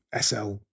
SL